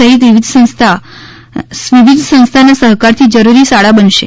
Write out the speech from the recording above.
સહિત વિવિધ સંસ્થાના સહકારથી જરૂરી શાળા બનશે